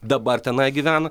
dabar tenai gyvena